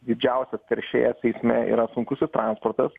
didžiausias teršėjas eisme yra sunkus transportas